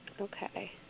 okay